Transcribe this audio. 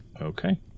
Okay